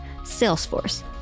Salesforce